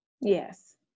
Yes